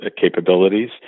capabilities